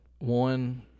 one